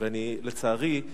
לצערי,